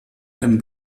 einem